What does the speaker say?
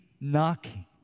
knocking